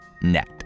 net